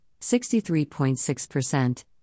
63.6%